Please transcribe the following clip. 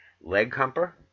leg-humper